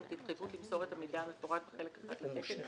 התחייבות למסור את המידע המפורט בחלק I לתקן,